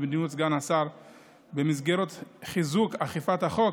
במסגרת חיזוק אכיפת החוק,